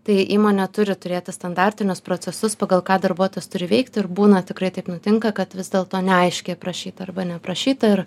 tai įmonė turi turėti standartinius procesus pagal ką darbuotojas turi veikti ir būna tikrai taip nutinka kad vis dėlto neaiškiai aprašyta arba neprašyta ir